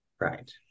Right